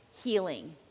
healing